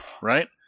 Right